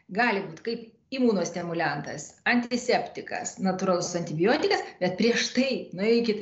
gali būt kaip imunostimuliantas antiseptikas natūralus antibiotikas bet prieš tai nueikit